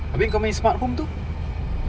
tapi engkau main smartphone tu